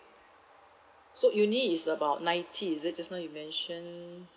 so uni is about ninety is it just now you mention